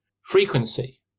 frequency